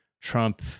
Trump